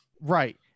Right